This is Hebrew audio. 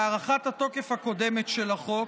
בהארכת התוקף הקודמת של החוק,